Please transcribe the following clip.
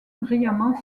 brillamment